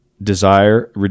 Desire